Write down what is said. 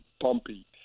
bumpy